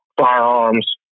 firearms